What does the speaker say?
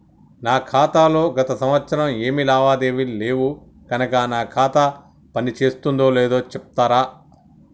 నా ఖాతా లో గత సంవత్సరం ఏమి లావాదేవీలు లేవు కనుక నా ఖాతా పని చేస్తుందో లేదో చెప్తరా?